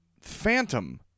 phantom